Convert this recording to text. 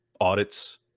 Audits